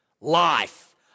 Life